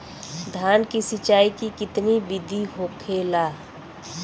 धान की सिंचाई की कितना बिदी होखेला?